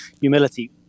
humility